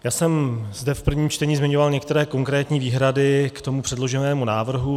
Já jsem zde v prvním čtení zmiňoval některé konkrétní výhrady k tomu předloženému návrhu.